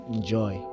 Enjoy